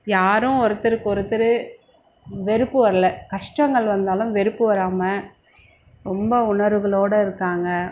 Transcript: யாரும் ஒருத்தருக்கு ஒருத்தர் வெறுப்பு வரல கஷ்டங்கள் வந்தாலும் வெறுப்பு வராமல் ரொம்ப உணர்வுகளோட இருக்காங்க